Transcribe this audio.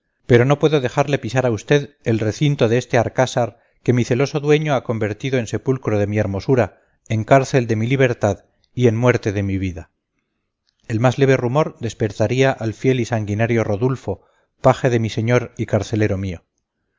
pero no puedo dejarle pisar a usted el recinto de este arcásar que mi celoso dueño ha convertido en sepulcro de mi hermosura en cárcel de mi libertad y en muerte de mi vida el más leve rumor despertaría al fiel y sanguinario rodulfo paje de mi señor y carcelero mío